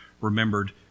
remembered